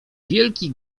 wielki